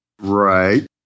Right